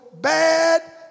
bad